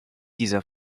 dieser